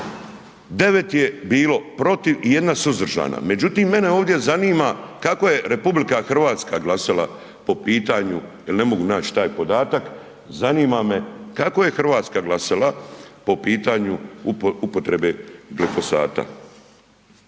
9 je bilo protiv i 1 suzdržana. Međutim, mene ovdje zanima kako je RH glasala po pitanju jer ne mogu naći taj podatak, zanima me kako je Hrvatska glasala po pitanju upotrebe glifosata.